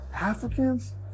Africans